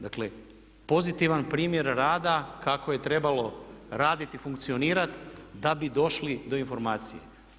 Dakle pozitivan primjer rada kako je trebalo raditi i funkcionirati da bi došli do informacije.